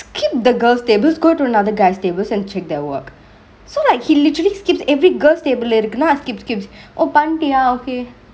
skip the girls' tables go to another guy's tables and check their work so like he literally skips every girl's table இருக்குனா:irukkunaa skip skip oh பன்டீயா: panteeya okay